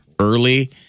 early